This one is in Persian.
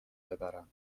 ببرم